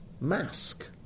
mask